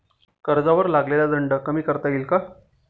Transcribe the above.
कर्जावर लागलेला दंड कमी करता येईल का?